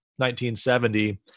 1970